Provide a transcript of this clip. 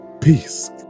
Peace